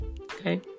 Okay